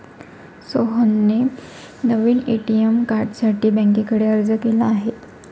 सोहनने नवीन ए.टी.एम कार्डसाठी बँकेकडे अर्ज केला आहे